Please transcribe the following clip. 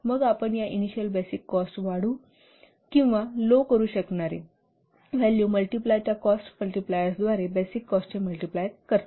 मग आपण या इनिशिअल बेसिक कॉस्ट वाढ किंवा लो करू शकणारे व्हॅल्यू या कॉस्ट मल्टीप्लायर्सद्वारे बेसिक कॉस्टचे मल्टिप्लाय करता